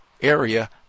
area